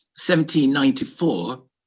1794